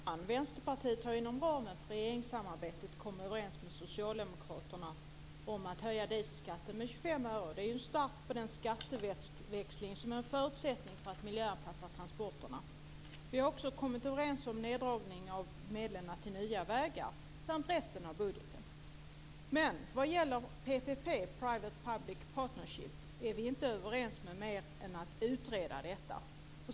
Fru talman! Vänsterpartiet har inom ramen för regeringssamarbetet kommit överens med socialdemokraterna om att höja dieselskatten med 25 öre. Det är en start på den skatteväxling som är en förutsättning för att man ska kunna miljöanpassa transporterna. Vi har också kommit överens om en neddragning av medlen till nya vägar samt resten av budgeten. När det gäller PPP, public private partnership, är vi inte överens om mer än att vi ska utreda detta.